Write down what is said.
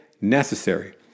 necessary